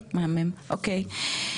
טוב, מהמם, אוקיי.